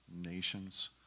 nations